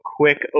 quick